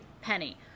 penny